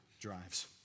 drives